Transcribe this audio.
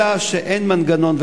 אלא שאין מנגנון.